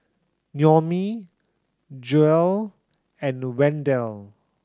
Naomi Joelle and Wendel